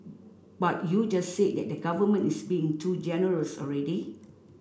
but you just said that the government is being too generous already